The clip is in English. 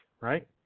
right